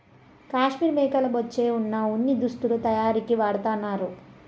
కాశ్మీర్ మేకల బొచ్చే వున ఉన్ని దుస్తులు తయారీకి వాడతన్నారు